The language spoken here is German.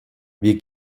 wir